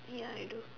ya I do